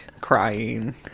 crying